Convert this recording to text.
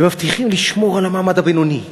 ומבטיחים לשמור על המעמד הבינוני,